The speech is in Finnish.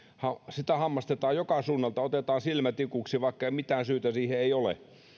sitä hammastetaan joka suunnalta otetaan silmätikuksi vaikka mitään syytä siihen ei ole